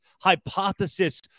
Hypothesis